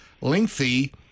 lengthy